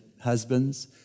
husbands